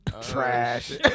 Trash